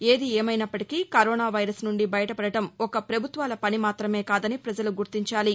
ఏది ఏమైనప్పటికీ corona virus నుండి బయటపడడం ఒక్క ప్రభుత్వాల పని మాత్రమే కాదని పజలు గుర్తించాలి